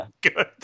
good